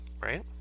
Right